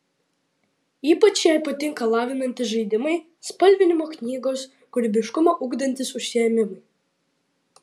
ypač jai patinka lavinantys žaidimai spalvinimo knygos kūrybiškumą ugdantys užsiėmimai